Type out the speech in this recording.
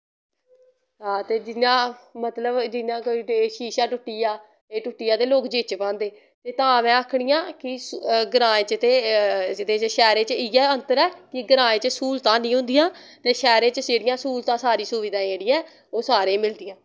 हां ते जियां मतलव जियां कोई शीसा टुट्टिया एह् टुट्टी जा ते लोक जेच्च पांदे ते तां मैं आखनी आं कि ग्रांऽ च ते एह्दे च शैह्रै च इयै अन्तर ऐ कि ग्राएं च स्हूलतां ऐनी होंदियां ते शैह्रैं च जेह्ड़ियां स्हूलतां सारी सुविधा जेह्ड़ी ऐ ओहे सारें ई मिलदी ऐ